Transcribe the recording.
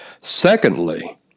Secondly